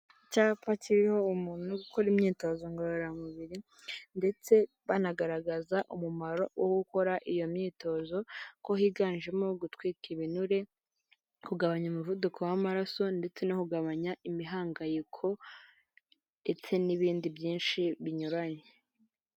Icyapa kiriho umuntu ukora imyitozo ngororamubiri ndetse banagaragaza umumaro wo gukora iyo myitozo ko higanjemo gutwika ibinure, kugabanya umuvuduko w'amaraso ndetse no kugabanya imihangayiko ndetse n'ibindi byinshi binyuranye.